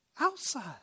outside